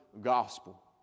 Gospel